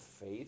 faith